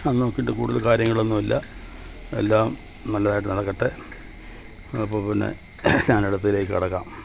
ഞാൻ നോക്കീട്ട് കൂടുതൽ കാര്യങ്ങളൊന്നുമില്ല എല്ലാം നല്ലതായിട്ട് നടക്കട്ടെ അപ്പം പിന്നെ ഞാനടുത്തതിലേക്ക് കടക്കാം